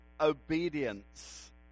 obedience